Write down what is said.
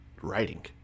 writing